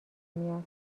میاد